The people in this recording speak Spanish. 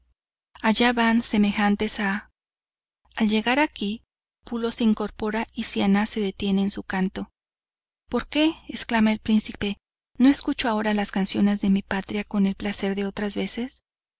allá van semejantes a al llegar aquí pulo se incorpora y siannah se detiene en su canto por que exclama el príncipe no escucho ahora las canciones de mi patria con el placer de otras veces